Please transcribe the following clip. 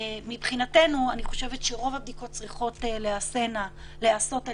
מבחינתנו אני חושבת שרוב הבדיקות צריכות להיעשות על